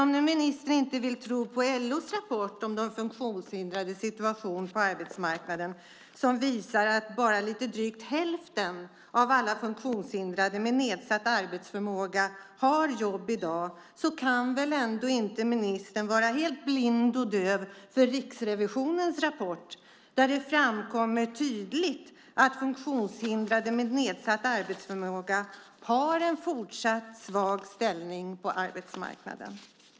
Om nu ministern inte vill tro på LO:s rapport om de funktionshindrades situation på arbetsmarknaden, som visar att bara drygt hälften av alla funktionshindrade med nedsatt arbetsförmåga har jobb i dag, kan han väl ändå inte vara helt blind och döv för Riksrevisionens rapport. Där framkommer tydligt att funktionshindrade med nedsatt arbetsförmåga har en fortsatt svag ställning på arbetsmarknaden.